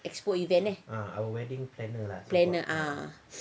expo event eh planner ah